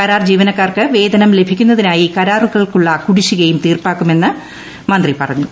കരാർ ജീവനക്കാർക്ക് വേതനം ലഭിക്കുന്നതിനായി കരാറുകാർക്കുള്ള കുടിശ്ശികയും തീർപ്പാക്കുമെന്ന് മന്ത്രി പറഞ്ഞു